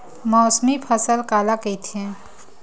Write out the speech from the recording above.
मौसमी फसल काला कइथे?